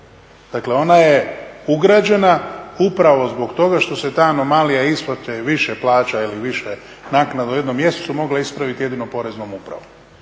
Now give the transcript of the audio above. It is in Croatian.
Dakle ona je ugrađena upravo zbog toga što se ta anomalija isplate više plaća ili više naknada u jednom mjesecu mogla ispraviti jedino poreznom prijavom.